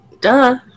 Duh